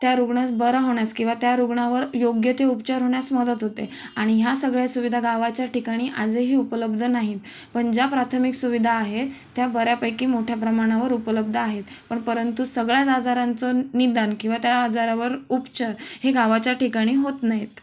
त्या रुग्णास बरा होण्यास किंवा त्या रुग्णावर योग्य ते उपचार होण्यास मदत होते आणि ह्या सगळ्या सुविधा गावाच्या ठिकाणी आजही उपलब्ध नाहीत पण ज्या प्राथमिक सुविधा आहेत त्या बऱ्यापैकी मोठ्या प्रमाणावर उपलब्ध आहेत पण परंतु सगळ्याच आजारांचं निदान किंवा त्या आजारावर उपचार हे गावाच्या ठिकाणी होत नाहीत